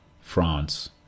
France